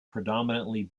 predominantly